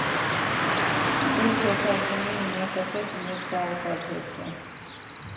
एक एकड़ जमीन में कतेक मिरचाय उपज होई छै?